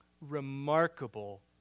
remarkable